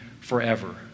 forever